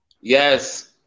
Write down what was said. Yes